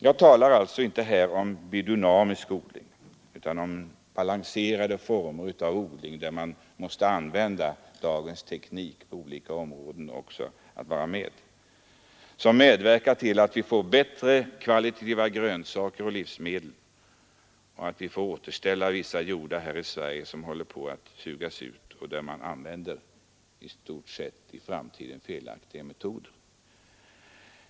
Jag talar här inte om biodynamisk odling utan om en balanserad odling som kan använda dagens teknik på olika områden, en odling som kan medverka till att vi får bättre kvalitet på grönsaker och andra livsmedel och som gör att vi kan återställa jordar som på grund av felaktiga metoder håller på att sugas ut.